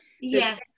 Yes